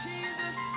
Jesus